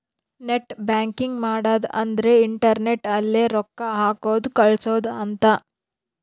net banking ಮಾಡದ ಅಂದ್ರೆ internet ಅಲ್ಲೆ ರೊಕ್ಕ ಹಾಕೋದು ಕಳ್ಸೋದು ಅಂತ